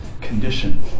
condition